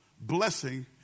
blessing